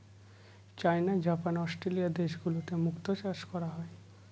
চাইনা, Japan, Australia দেশগুলোতে মুক্তো চাষ করা হয়